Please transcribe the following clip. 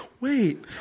Wait